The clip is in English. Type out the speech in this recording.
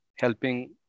helping